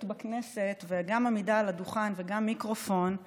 בכנסת וגם עמידה על הדוכן וגם מיקרופון הם